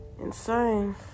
Insane